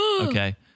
Okay